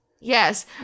Yes